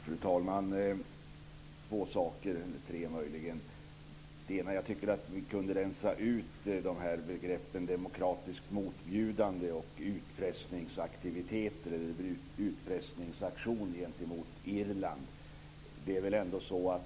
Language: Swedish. Fru talman! Jag vill ta upp två eller möjligen tre saker. Det ena gäller att jag tycker att vi kunde rensa ut begreppen demokratiskt motbjudande och utpressningsaktion gentemot Irland.